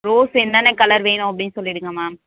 rose என்னென்ன colour வேணும் அப்படின்னு சொல்லிடுங்க மேம்